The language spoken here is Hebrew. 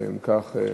ואם כך,